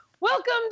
Welcome